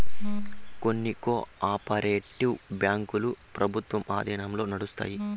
కొన్ని cooperative బ్యాంకులు ప్రభుత్వం ఆధీనంలో నడుత్తాయి